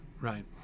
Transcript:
right